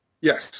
Yes